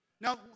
Now